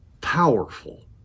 powerful